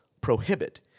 prohibit